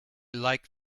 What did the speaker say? like